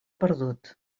perdut